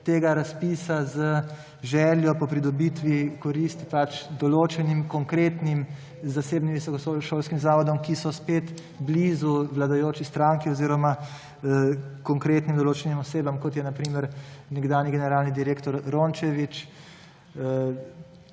tega razpisa z željo po pridobitvi koristi pač določenim konkretnim zasebnim visokošolskim zavodom, ki so spet blizu vladajoči stranki oziroma konkretnim določenim osebam, kot je na primer nekdanji generalni direktor Rončević